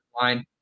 line